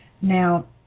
Now